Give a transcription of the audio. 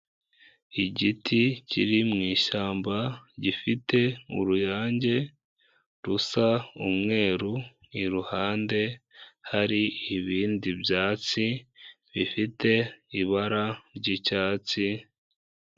Igiti kiri mu ishyamba, gifite uruyange rusa umweru, iruhande hari ibindi byatsi, bifite ibara ry'icyatsi.